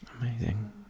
amazing